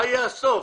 מה יהיה הסוף?